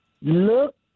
look